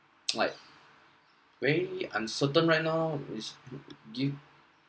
like very uncertain right now it's due